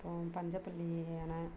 அப்புறம் பஞ்சப்பள்ளி அணை